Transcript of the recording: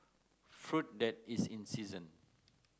fruit that is in season